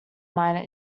minor